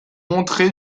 montré